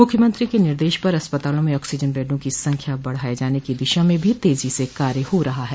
मुख्यमंत्री के निर्देश पर अस्पतालों में ऑक्सीजन बेडों की संख्या बढ़ाये जाने की दिशा में भी तेजी से कार्य हो रहा है